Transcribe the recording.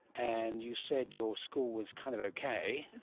and you said your school was kind of okay.